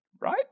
right